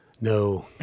No